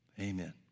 Amen